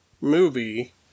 movie